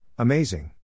Amazing